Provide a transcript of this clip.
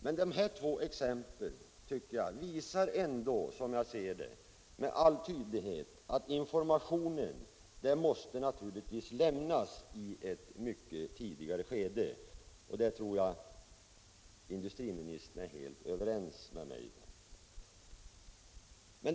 Men dessa två exempel visar ändå med all önskvärd tydlighet att informationen måste lämnas i ett mycket tidigare skede; det tror jag industriministern är helt ense med mig om.